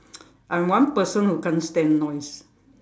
I'm one person who can't stand noise